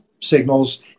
signals